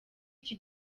iki